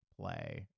play